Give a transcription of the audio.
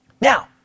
Now